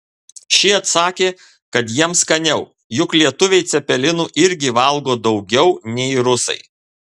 ši atsakė kad jiems skaniau juk lietuviai cepelinų irgi valgo daugiau nei rusai